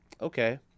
okay